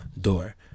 door